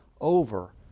over